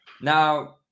Now